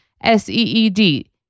s-e-e-d